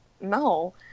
no